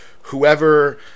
whoever